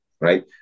right